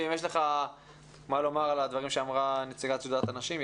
ואם יש לך מה לומר על הדברים שאמרה נציגת שדולת הנשים,